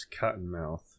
Cottonmouth